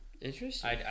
Interesting